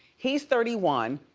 he's thirty one,